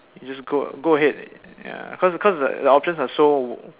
you just go go ahead ya cause cause the options are so